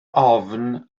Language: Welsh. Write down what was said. ofn